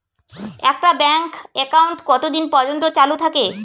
একটা bank account কতদিন পর্যন্ত চালু থাকে?